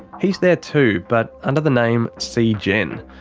he's there too but under the name see gen.